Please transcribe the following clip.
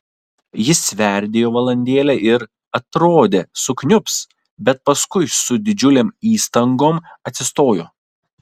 jis sverdėjo valandėlę ir atrodė sukniubs bet paskui su didžiulėm įstangom atsistojo